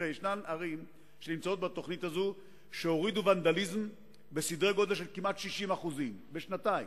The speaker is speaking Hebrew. יש ערים שנמצאות בתוכנית הזאת שהורידו ונדליזם כמעט ב-60% בשנתיים.